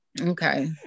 Okay